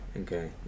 okay